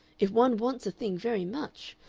if one wants a thing very much,